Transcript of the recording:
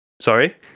sorry